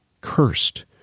Cursed